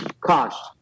cost